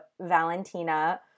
Valentina